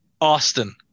Austin